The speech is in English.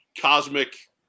cosmic